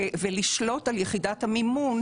ולשלוט על יחידת המימון